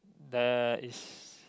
the is